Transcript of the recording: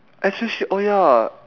especially oh ya